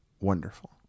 wonderful